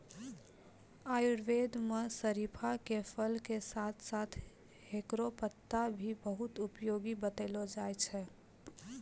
आयुर्वेद मं शरीफा के फल के साथं साथं हेकरो पत्ता भी बहुत उपयोगी बतैलो जाय छै